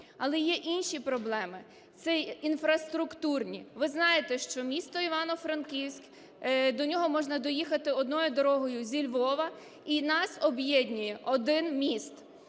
Але є інші проблеми. Це інфраструктурні. Ви знаєте, що місто Івано-Франківськ, до нього можна доїхати одною дорогою зі Львова і нас об'єднує один міст.